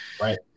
Right